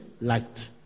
light